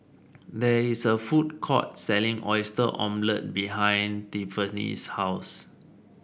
there is a food court selling Oyster Omelette behind Tiffanie's house